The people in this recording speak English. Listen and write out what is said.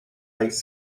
ice